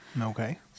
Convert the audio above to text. Okay